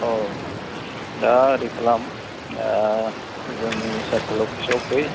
औ दा ओरै खालाम ओ जोंनि सार्कल अफिसाव फै